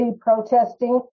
protesting